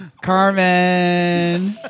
Carmen